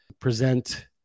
present